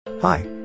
Hi